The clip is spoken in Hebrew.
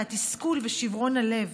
התסכול ושברון הלב.